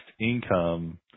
income